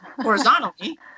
horizontally